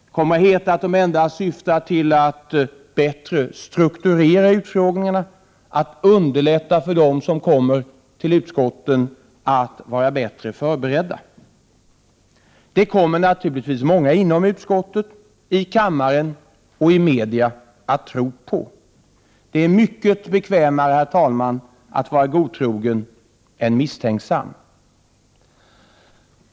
Det kommer att heta att det endast syftar till att bättre ”strukturera” utfrågningarna, att underlätta för dem som kommer till utskottet att vara bättre förberedda. Detta kommer naturligtvis många inom utskottet, i kammaren och i medier att tro på. Det är mycket bekvämare att vara godtrogen än misstänksam.